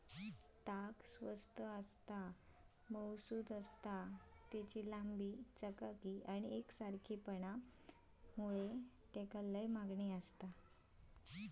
ताग स्वस्त आसता, मऊसुद आसता, तेची लांबी, चकाकी आणि एकसारखेपणा मुळे तेका लय मागणी आसता